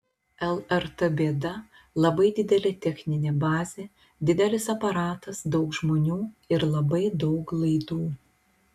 lrt bėda labai didelė techninė bazė didelis aparatas daug žmonių ir labai daug laidų